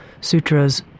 sutras